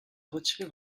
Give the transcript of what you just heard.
retirer